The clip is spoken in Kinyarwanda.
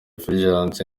fulgence